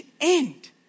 end